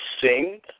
sing